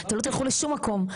אתם לא תלכו לשום מקום.